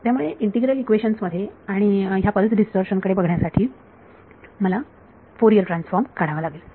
त्यामुळे integral equations मध्ये आणि ह्या पल्स डीस्टॉर्शन कडे बघण्यासाठी मला फोरियर ट्रान्सफॉर्म काढावा लागेल